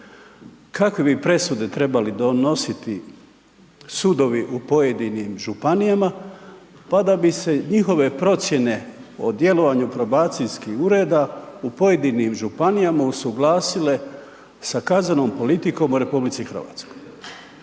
kakve bi presude trebali donositi sudovi u pojedinim županijama, pa da bi se njihove procijene o djelovanju probacijskih ureda u pojedinim županijama usuglasile sa kaznenom politikom u RH, nevjerojatno